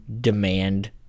demand